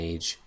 Age